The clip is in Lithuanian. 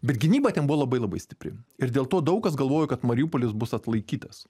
bet gynyba ten buvo labai labai stipri ir dėl to daug kas galvojo kad mariupolis bus atlaikytas